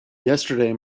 yesterday